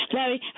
Larry